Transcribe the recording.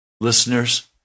listeners